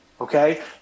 Okay